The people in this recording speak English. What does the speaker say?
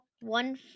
one